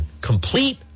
Complete